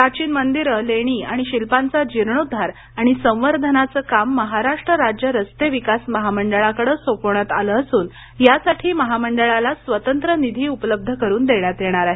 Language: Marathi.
प्राचीन मंदिरं लेण्या आणि शिल्पांचा जीणेंद्वार आणि संवर्धनाचं काम महाराष्ट्र राज्य रस्ते विकास महामंडळाकडे सोपवण्यात आलं असून यासाठी महामंडळाला स्वतंत्र निधी उपलब्ध करून देण्यात येणार आहे